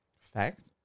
Fact